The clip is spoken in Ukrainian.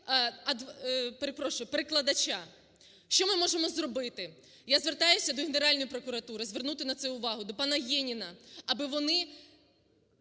перекладача. Що ми можемо зробити? Я звертаюся до Генеральної прокуратури звернути на це увагу, до пана Єніна, аби вони